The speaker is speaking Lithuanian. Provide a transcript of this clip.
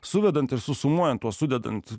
suvedant ir susumuojant o sudedant